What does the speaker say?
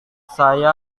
saya